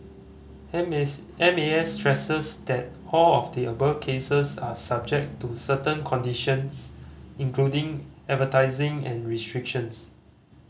M S M A S stresses that all of the above cases are subject to certain conditions including advertising and restrictions